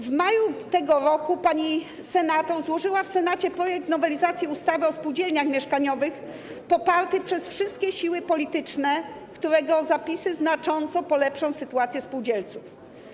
W maju tego roku pani senator złożyła w Senacie projekt nowelizacji ustawy o spółdzielniach mieszkaniowych poparty przez wszystkie siły polityczne, którego zapisy znacząco polepszą sytuację spółdzielców.